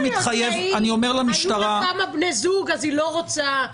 יכול להיות שאם היו לה כמה בני זוג, היא לא תרצה.